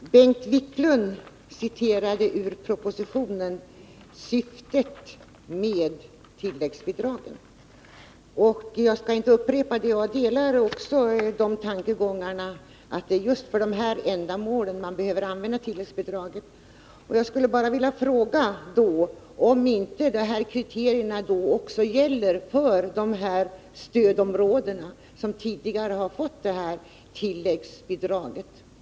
Herr talman! Bengt Wiklund relaterade ur propositionen syftet med tilläggsbidragen. Jag skall inte upprepa det. Jag instämmer i att det är för just dessa ändamål som man behöver använda tilläggsbidragen. Jag skulle bara vilja fråga varför inte dessa kriterier skall gälla också för de stödområden som tidigare har fått tilläggsbidrag.